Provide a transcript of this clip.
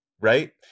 right